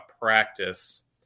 practice